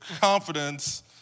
confidence